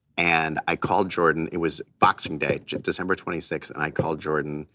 and i called jordan, it was boxing day, december twenty sixth, and i called jordan.